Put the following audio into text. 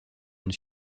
une